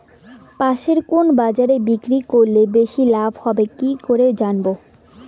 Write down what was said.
পাশের কুন বাজারে বিক্রি করিলে বেশি লাভ হবে কেমন করি জানবো?